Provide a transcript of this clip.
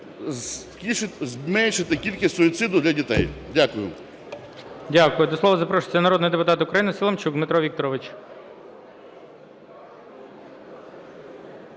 зменшити кількість суїциду для дітей. Дякую. ГОЛОВУЮЧИЙ. Дякую. До слова запрошується народний депутат України Соломчук Дмитро Вікторович.